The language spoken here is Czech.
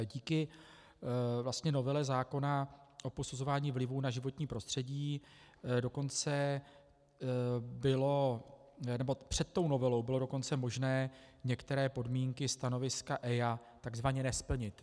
Díky vlastně novele zákona o posuzování vlivů na životní prostředí bylo nebo před tou novelou bylo dokonce možné některé podmínky stanoviska EIA takzvaně nesplnit.